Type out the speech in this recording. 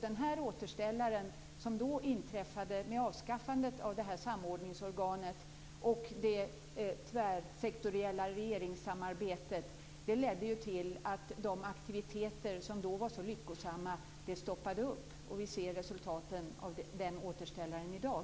Den återställare som då inträffade med avskaffandet av det här samordningsorganet och det tvärsektoriella regeringssamarbetet ledde till att de aktiviteter som då var så lyckosamma stannade av. Vi ser resultaten av den återställaren i dag.